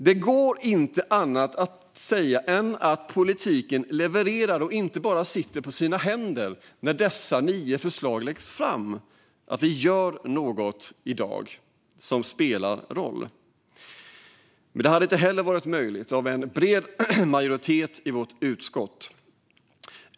Det går inte att säga annat än att politiken levererar när dessa nio förslag läggs fram. Man sitter inte bara på sina händer. Vi gör något i dag som spelar roll. Men det hade inte varit möjligt utan en bred majoritet i vårt utskott.